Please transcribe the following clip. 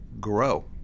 grow